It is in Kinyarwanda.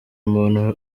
muntu